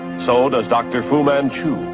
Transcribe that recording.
so does dr. fu manchu.